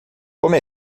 como